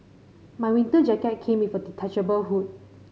my winter jacket came with a detachable hood